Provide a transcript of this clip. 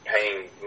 paying